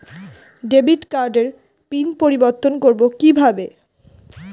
Debit কার্ডের pin পরিবর্তন করবো কীভাবে?